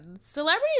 celebrities